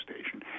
station